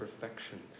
perfections